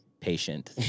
patient